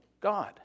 God